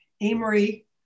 Amory